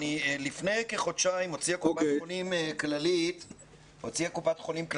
לפני כחודשיים הוציאה קופת חולים כללית מסמך